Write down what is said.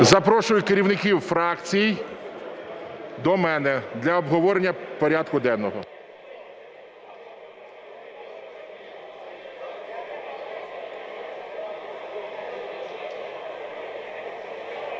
Запрошую керівництво фракцій до мене для обговорення порядку денного.